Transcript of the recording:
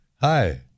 Hi